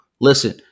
Listen